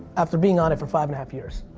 after being on it for five and a half years.